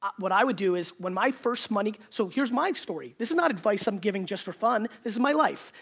what i would do is, when my first money, so here's my story. this is not advice i'm giving just for fun. this is my life.